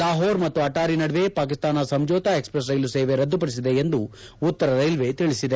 ಲಾಹೋರ್ ಮತ್ತು ಅಟ್ಲಾರಿ ನಡುವೆ ಪಾಕಿಸ್ತಾನ ಸಂಜೋತ ಎಕ್ಸ್ಪ್ರೆಸ್ ರೈಲುಸೇವೆ ರದ್ದುಪಡಿಸಿದೆ ಎಂದು ಉತ್ತರ ರೈಲ್ವೆ ತಿಳಿಸಿದೆ